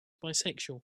bisexual